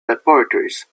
laboratories